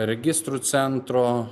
registrų centro